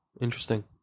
Interesting